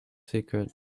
secret